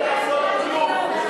ומה עשית עם זה?